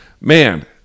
Man